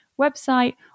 website